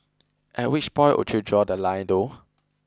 at which point would you draw the line though